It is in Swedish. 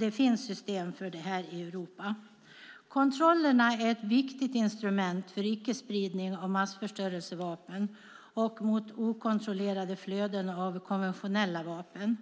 Det finns system för detta i Europa. Kontrollerna är ett viktigt instrument för icke-spridning av massförstörelsevapen och mot okontrollerade flöden av konventionella vapen.